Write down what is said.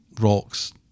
rocks